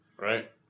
Right